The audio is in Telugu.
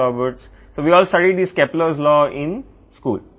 కాబట్టి మనమందరం ఈ కెప్లర్ లా Kepler's law పాఠశాలలోనే చదువుకున్నాము